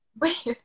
Wait